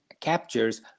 captures